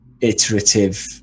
iterative